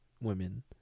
women